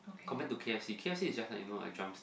compared to K_F_C K_F_C is just like you know like drums